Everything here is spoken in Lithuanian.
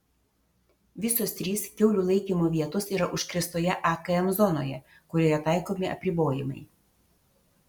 visos trys kiaulių laikymo vietos yra užkrėstoje akm zonoje kurioje taikomi apribojimai